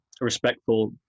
respectful